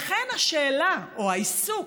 לכן השאלה, העיסוק